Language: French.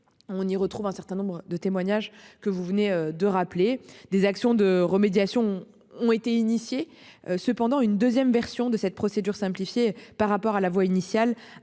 On y retrouve un certain nombre de témoignages que vous venez de rappeler des actions de remédiation ont été initiés cependant une 2ème version de cette procédure simplifiée par rapport à la voix initial